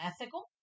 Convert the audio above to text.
ethical